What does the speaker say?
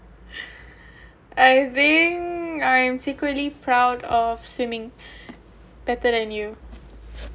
I being I'm secretly proud of swimming better than you